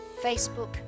Facebook